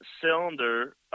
cylinder